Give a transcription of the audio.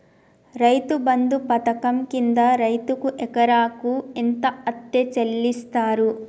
రైతు బంధు పథకం కింద రైతుకు ఎకరాకు ఎంత అత్తే చెల్లిస్తరు?